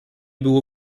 było